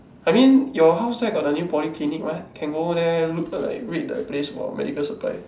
I mean your house there got the new polyclinic [what] can go there look like raid the place for medical supplies